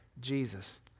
Jesus